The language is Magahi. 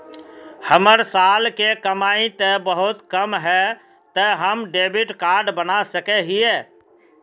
हमर साल के कमाई ते बहुत कम है ते हम डेबिट कार्ड बना सके हिये?